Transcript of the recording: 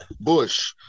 Bush